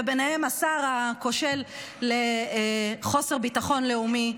וביניהם השר הכושל לחוסר ביטחון לאומי,